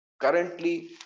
currently